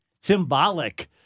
symbolic